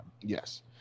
Yes